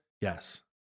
Yes